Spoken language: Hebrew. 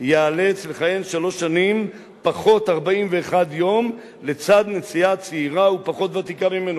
ייאלץ לכהן שלוש שנים פחות 41 יום לצד נשיאה צעירה ופחות ותיקה ממנו,